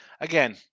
again